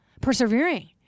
Persevering